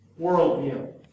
worldview